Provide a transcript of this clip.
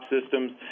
Systems